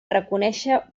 reconèixer